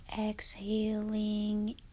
exhaling